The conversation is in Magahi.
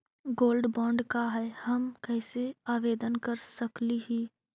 गोल्ड बॉन्ड का है, हम कैसे आवेदन कर सकली ही?